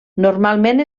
normalment